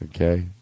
Okay